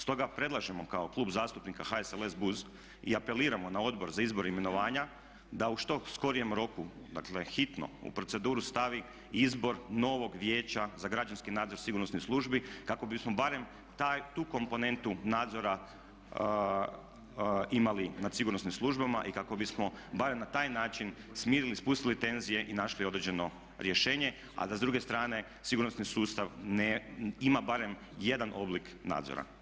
Stoga predlažemo kao klub zastupnika HSLS BUZ i apeliramo na Odbor za izbor i imenovanja da u što skorijem roku, dakle hitno, u proceduru stavi izbor novog Vijeća za građanski nadzor sigurnosnih službi kako bismo barem tu komponentu nadzora imali nad sigurnosnim službama i kako bismo barem na taj način smirili, spustili tenzije i našli određeno rješenje a da s druge strane sigurnosni sustav ima barem jedan oblik nadzora.